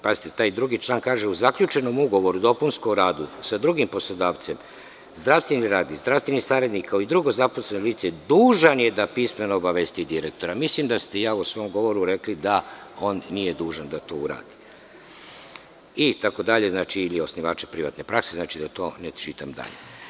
Pazite, taj stav 2. kaže – u zaključenom ugovoru o dopunskom radu sa drugim poslodavcem zdravstveni radnik, zdravstveni saradnik, kao i drugo zaposleno lice dužan je da pismeno obavesti direktora, mislim da ste u svom govoru rekli da on nije dužan da to uradi, itd. ili osnivača privatne prakse, da to ne čitam dalje.